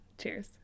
Cheers